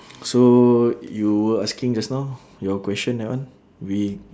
so you were asking just now your question that one we